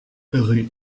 rue